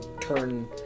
turn